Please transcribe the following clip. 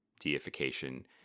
deification